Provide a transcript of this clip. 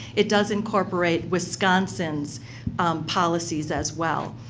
it does incorporate wisconsin's policies as well.